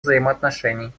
взаимоотношений